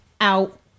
out